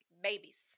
babies